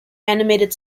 animated